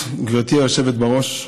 היא לא נמצאת פה.